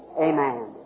amen